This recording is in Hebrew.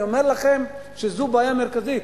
אני אומר לכם שזו בעיה מרכזית.